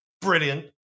brilliant